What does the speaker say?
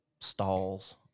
stalls